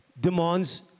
demands